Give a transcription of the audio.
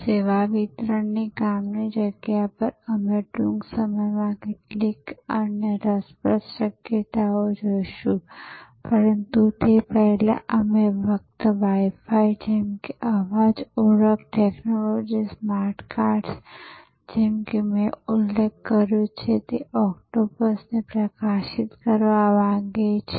સેવા વિતરણની કામની જગ્યા પર અમે ટૂંક સમયમાં કેટલીક અન્ય રસપ્રદ શક્યતાઓ જોઈશું પરંતુ તે પહેલાં અમે ફક્ત Wi Fi જેમ કે અવાજ ઓળખ ટેક્નોલોજી સ્માર્ટકાર્ડ્સ જેમ કે મેં ઉલ્લેખ કર્યો છે તે ઓક્ટોપસને પ્રકાશિત કરવા માંગીએ છીએ